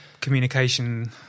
communication